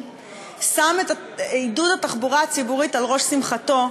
שם את עידוד התחבורה הציבורית על ראש שמחתו,